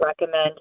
recommend